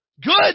good